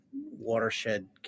watershed